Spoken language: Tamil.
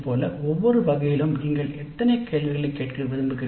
இது போல ஒவ்வொரு வகையிலும் நீங்கள் எத்தனை கேள்விகளைக் கேட்க விரும்புகிறீர்கள்